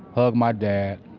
hug my dad.